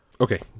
Okay